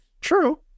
True